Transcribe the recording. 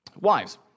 Wives